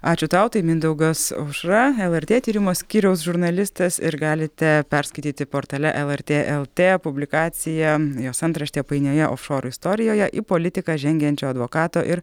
ačiū tau tai mindaugas aušra lrt tyrimo skyriaus žurnalistas ir galite perskaityti portale lrt lt publikacija jos antraštė painioje ofšorų istorijoje į politiką žengiančio advokato ir